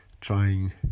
trying